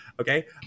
Okay